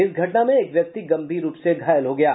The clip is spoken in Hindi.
इस घटना में एक व्यक्ति गंभीर रूप से घायल हो गये